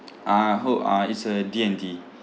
uh ho~ uh it's a D and D